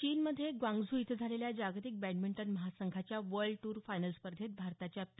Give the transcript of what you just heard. चीनमधे ग्वांगझू इथं झालेल्या जागतिक बॅडमिंटन महासंघाच्या वर्ल्ड टूर फायनल स्पर्धेत भारताच्या पी